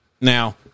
Now